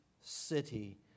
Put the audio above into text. city